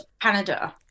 Canada